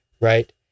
right